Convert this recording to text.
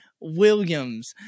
Williams